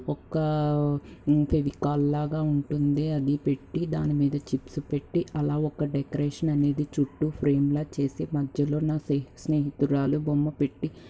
ఒక్కా ఫెవికాల్లాగా ఉంటుంది అది పెట్టి దానిమీద చిప్స్ పెట్టి అలా ఒక డెకరేషన్ అనేది చుట్టూ ఫ్రేమ్ల చేసి మధ్యలో నా స్నేస్నేహితురాలు బొమ్మ పెట్టి